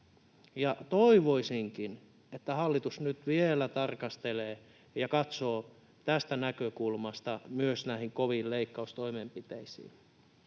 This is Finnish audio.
Toivoisinkin, että hallitus nyt vielä tarkastelee ja katsoo tästä näkökulmasta myös näitä kovia leikkaustoimenpiteitä.